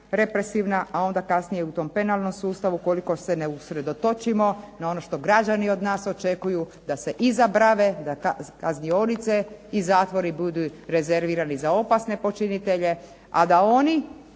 represivna, a onda kasnije u tom penalnom sustavu ukoliko se ne usredotočimo na ono što građani od nas očekuju da se iza brave, da te kaznionice i zatvori budu rezervirani za opasne počinitelje, a da oni